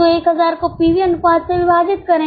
तो 1000 को पीवी अनुपात से विभाजित करें